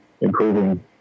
improving